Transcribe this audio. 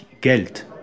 Geld